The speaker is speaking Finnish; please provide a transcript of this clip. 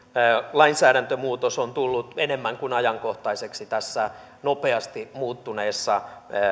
lainsäädäntömuutos on tullut enemmän kuin ajankohtaiseksi tässä nopeasti muuttuneessa